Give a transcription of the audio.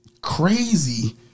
Crazy